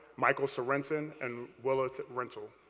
michael sorensen, and willa rentel.